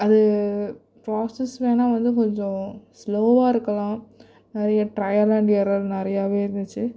அது ப்ரோசஸ் வேணா வந்து கொஞ்சம் ஸ்லோவாக இருக்கலாம் நிறைய ட்ரையல் அண்ட் எரர் நெறையாவே இருந்துச்சு